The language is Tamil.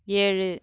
ஏழு